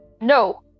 No